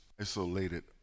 isolated